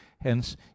hence